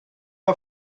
all